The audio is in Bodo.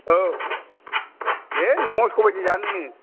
औ बे न'आव सबायजों जानोनो